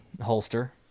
holster